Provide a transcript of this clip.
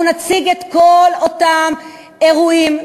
אנחנו נציג את כל אותם אירועים,